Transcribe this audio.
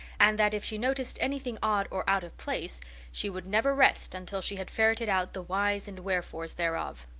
and that if she noticed anything odd or out of place she would never rest until she had ferreted out the whys and wherefores thereof.